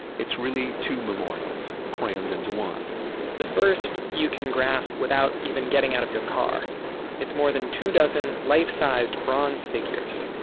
it's really two memorials crammed into one the first you can grasp without getting out of your car it's more than two-dozen life-sized bronze figures.